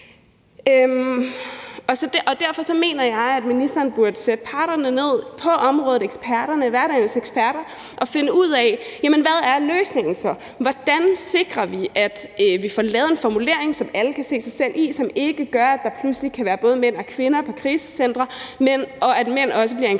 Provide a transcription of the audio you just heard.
Derfor mener jeg, at ministeren burde sætte hverdagens eksperter på området ned for at finde ud af, hvad løsningen så er. Hvordan sikrer vi, at vi får lavet en formulering, som alle kan se sig selv i, og som ikke gør, at der pludselig kan være både mænd og kvinder på krisecentre, men at mænd også bliver